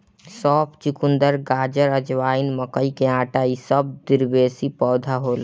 सौंफ, चुकंदर, गाजर, अजवाइन, मकई के आटा इ सब द्विवर्षी पौधा होला